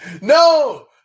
No